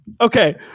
Okay